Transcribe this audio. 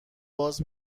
باز